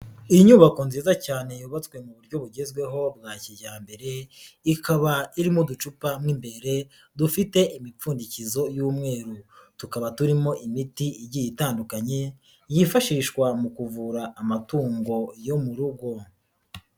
Inyubako nziza cyane yubatswe mu buryo bugezweho bwa kijyambere, ikaba irimo uducupa mo imbere dufite imipfundikizo y'umweru, tukaba turimo imiti igiye itandukanye, yifashishwa mu kuvura amatungo yo mu rugo.